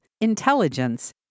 intelligence